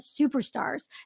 superstars